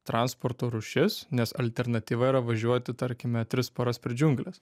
transporto rūšis nes alternatyva yra važiuoti tarkime tris paras per džiungles